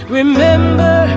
remember